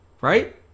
right